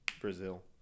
Brazil